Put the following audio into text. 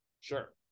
sure